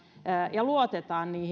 ja luotetaan